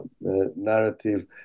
narrative